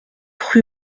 rue